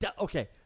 Okay